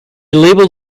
labelled